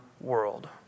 world